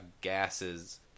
gases